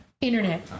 internet